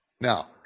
Now